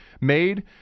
made